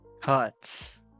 cuts